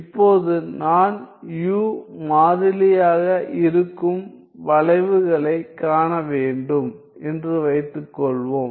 இப்போது நான் u மாறிலியாக இருக்கும் வளைவுகளைக் காண வேண்டும் என்று வைத்துக்கொள்வோம்